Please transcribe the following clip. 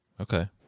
okay